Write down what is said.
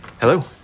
Hello